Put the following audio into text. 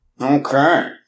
Okay